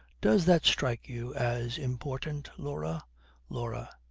does that strike you as important, laura laura.